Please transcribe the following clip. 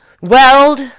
weld